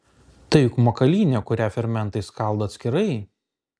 tai juk makalynė kurią fermentai skaldo atskirai